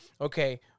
okay